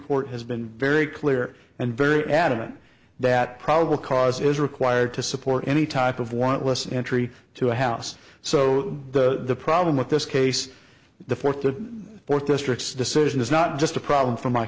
court has been very clear and very adamant that probable cause is required to support any type of want less entry to a house so the problem with this case the fourth or fourth district decision is not just a problem for my